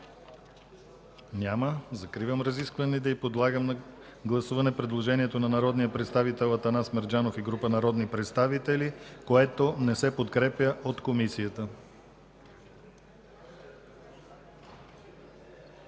Изказвания? Няма. Подлагам на гласуване предложението на народния представител Атанас Мерджанов и група народни представители, което не се подкрепя от Комисията.